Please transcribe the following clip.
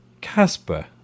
Casper